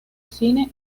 cine